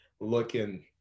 looking